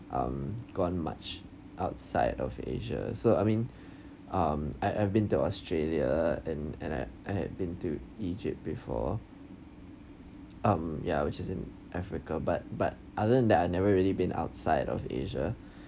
um gone much outside of asia so I mean um I I've been to australia and and I I had been to egypt before um ya which is in africa but but other than that I never really been outside of asia